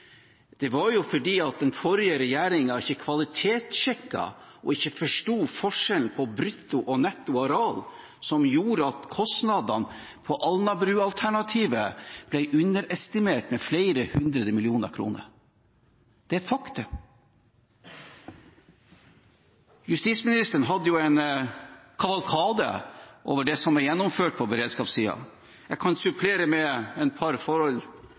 Det var jo fordi den forrige regjeringen ikke kvalitetsjekket og ikke forsto forskjellen på brutto og netto areal som gjorde at kostnadene på Alnabru-alternativet ble underestimert med flere hundre millioner kroner. Det er et faktum. Justisministeren hadde jo en kavalkade over det som er gjennomført på beredskapssiden. Jeg kan supplere med et par forhold